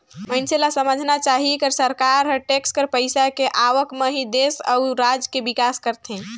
मइनसे ल समझना चाही कर सरकार हर टेक्स कर पइसा के आवक म ही देस अउ राज के बिकास करथे